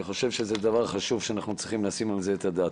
חושב שזה דבר חשוב שאנחנו צריכים לשים על זה את הדעת.